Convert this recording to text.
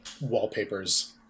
wallpapers